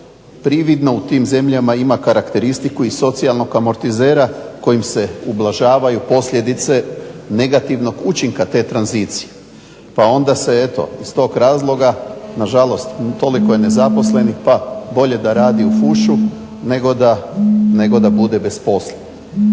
prividno u tim zemljama ima karakteristiku i socijalnog amortizera kojim se ublažavaju posljedice negativnog učinka te tranzicije. Pa onda se eto iz tog razloga nažalost toliko je nezaposlenih pa bolje da radi u fušu nego da bude bez posla.